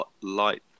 light